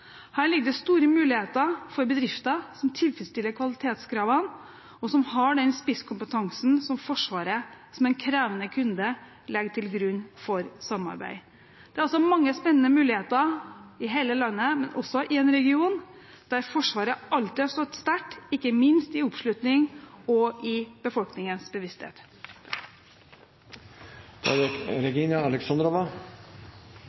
Her ligger det store muligheter for bedrifter som tilfredsstiller kvalitetskravene, og som har den spisskompetansen som Forsvaret som en krevende kunde legger til grunn for samarbeid. Det er altså mange spennende muligheter i hele landet, også i en region der Forsvaret alltid har stått sterkt, ikke minst i oppslutning og i befolkningens